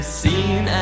seen